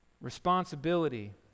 Responsibility